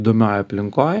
įdomioj aplinkoj